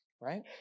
right